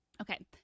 Okay